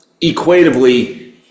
equatively